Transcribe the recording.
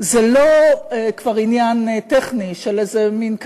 זה לא כבר עניין טכני של איזה מין,